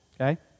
Okay